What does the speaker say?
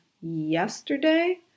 yesterday